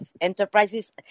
enterprises